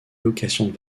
locations